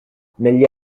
negli